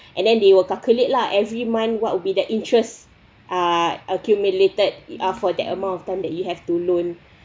and then they will calculate lah every month what would be the interest uh accumulated uh for that amount of time that you have to loan